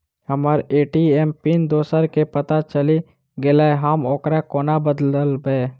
हम्मर ATM pin दोसर केँ पत्ता चलि गेलै, हम ओकरा कोना बदलबै?